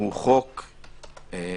חוק רע,